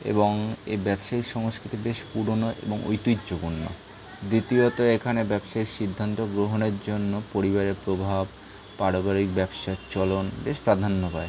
এবং এই ব্যবসায়িক সংস্কৃতি বেশ পুরোনো এবং ঐতিহ্যপূর্ণ দ্বিতীয়ত এখানে ব্যবসায়িক সিদ্ধান্ত গ্রহণের জন্য পরিবারের প্রভাব পারিবারিক ব্যবসার চলন বেশ প্রাধান্য পায়